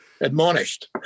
admonished